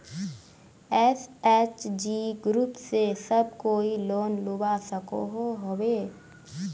SHG group से सब कोई लोन लुबा सकोहो होबे?